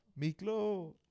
Miklo